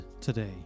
today